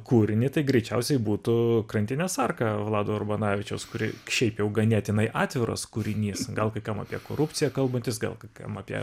kūrinį tai greičiausiai būtų krantinės arka vlado urbanavičiaus kuri šiaip jau ganėtinai atviras kūrinys gal kai kam apie korupciją kalbantis gal kai kam apie